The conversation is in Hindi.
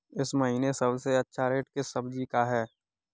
इस महीने सबसे अच्छा रेट किस सब्जी का है?